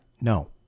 No